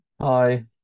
Hi